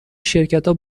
شرکتا